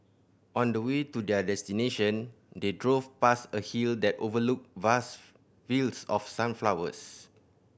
on the way to their destination they drove past a hill that overlooked vast fields of sunflowers